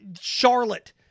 Charlotte